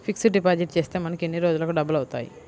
Fixed deposit చేస్తే మనకు ఎన్ని రోజులకు డబల్ అవుతాయి?